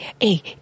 hey